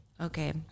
Okay